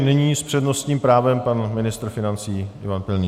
Nyní s přednostním právem pan ministr financí Ivan Pilný.